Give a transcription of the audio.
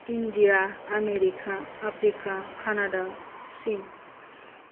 India America Africa Canada China